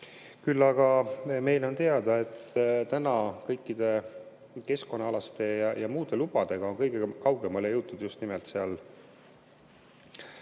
Küll aga on meile teada, et tänaseks on kõikide keskkonnaalaste ja muude lubadega kõige kaugemale jõutud just nimelt Alexela